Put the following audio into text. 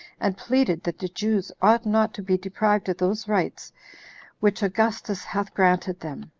and pleaded that the jews ought not to be deprived of those rights which augustus hath granted them.